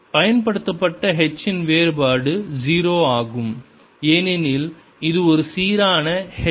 பயன்படுத்தப்பட்ட H இன் வேறுபாடு 0 ஆகும் ஏனெனில் இது ஒரு சீரான H